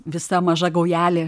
visa maža gaujelė